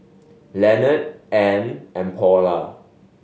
Leonard Ann and Paula